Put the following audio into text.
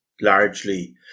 largely